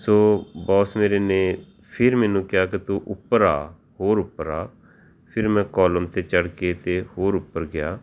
ਸੋ boss ਮੇਰੇ ਨੇ ਫਿਰ ਮੈਨੂੰ ਕਿਹਾ ਕਿ ਤੂੰ ਉੱਪਰ ਆ ਹੋਰ ਉੱਪਰ ਆ ਫਿਰ ਮੈਂ ਕੋਲਮ 'ਤੇ ਚੜ੍ਹ ਕੇ ਅਤੇ ਹੋਰ ਉੱਪਰ ਗਿਆ